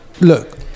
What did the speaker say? look